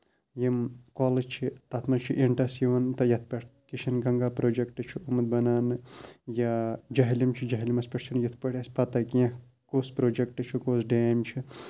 یِم کۄلہٕ چھِ تَتھ منٛز چھُ اِنٛدس یِوان یَتھ پیٚٹھ کِشن گَنٛگا پرٛوجیکٹہٕ چھُ آمُت بَناونہٕ یا جہلِم چھُ جہلِمس پیٚٹھ چھُنہٕ یِتھٕ پٲٹھۍ اَسہِ پَتاہ کیٚنٛہہ کُس پرٛوجیکٹہٕ چھُ کُس ڈیم چھُ